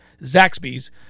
Zaxby's